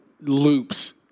loops